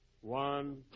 One